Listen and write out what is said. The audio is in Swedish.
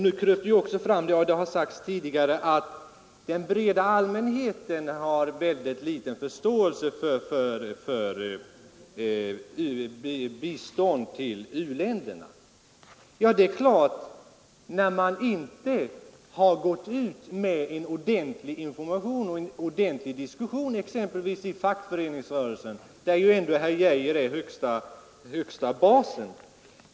Nu kröp det också fram — det har sagts tidigare — att den breda allmänheten har väldigt liten förståelse för bistånd till u-länderna. Det är klart att det är så när man inte har gått ut med ordentlig information och fört en ordentlig diskussion i exempelvis fackföreningsrörelsen, där ändå herr Arne Geijer är högste basen.